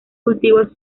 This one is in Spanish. cultivos